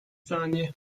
saniye